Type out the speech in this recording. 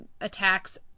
attacks